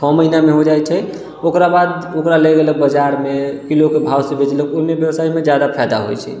छओ महीनामे हो जाइ छै ओकरा बाद ओकरा ले गेलक बाजारमे किलोके भाव से बेचलक ओहने व्यवसायमे जादा फायदा होइ छै